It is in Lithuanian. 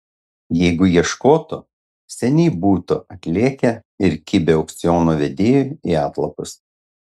jeigu ieškotų seniai būtų atlėkę ir kibę aukciono vedėjui į atlapus